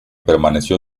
permaneció